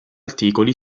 articoli